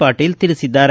ಪಾಟೀಲ ತಿಳಿಸಿದ್ದಾರೆ